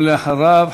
ואחריו,